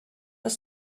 ist